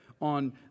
on